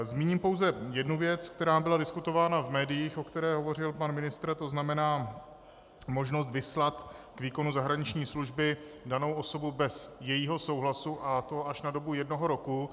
Zmíním pouze jednu věc, která byla diskutována v médiích, o které hovořil pan ministr, to znamená možnost vyslat k výkonu zahraniční služby danou osobu bez jejího souhlasu, a to až na dobu jednoho roku.